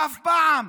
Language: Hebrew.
שאף פעם,